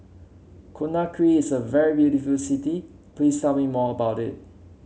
Conakry is a very beautiful city please tell me more about it